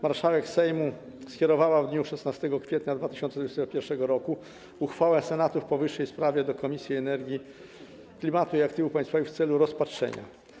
Marszałek Sejmu skierowała w dniu 16 kwietnia 2021 r. uchwałę Senatu w powyższej sprawie do Komisji do Spraw Energii, Klimatu i Aktywów Państwowych w celu rozpatrzenia.